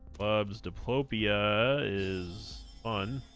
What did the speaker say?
bub's diplopia is fun